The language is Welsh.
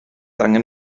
angen